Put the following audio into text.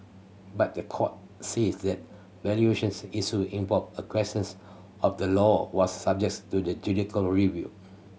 but the court said the valuations issue involved a questions of the law was subjects to the judicial review